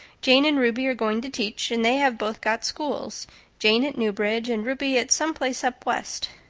jane and ruby are going to teach and they have both got schools jane at newbridge and ruby at some place up west.